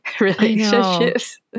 relationships